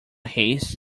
haste